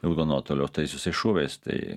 ilgo nuotolio tai visais šūviais tai